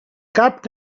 cap